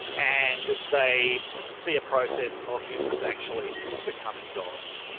and they see a process of humans actually becoming gods. and